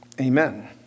Amen